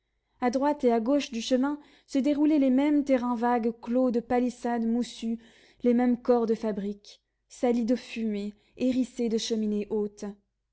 a droite et à gauche du chemin se déroulaient les mêmes terrains vagues clos de palissades moussues les mêmes corps de fabriques salis de fumée hérissés de cheminées hautes